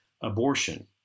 abortion